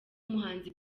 umuhanzi